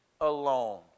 alone